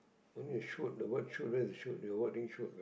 what thing shoot the word shoot where's the shoot the wording shoot